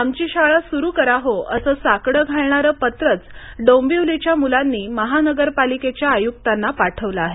आमघी शाळा सुरू करा हो असं साकडं घालणारं पत्रच डोंबिवलीच्या मुलांनी महानगरपालिकेच्या आयुक्तांना पाठवलं आहे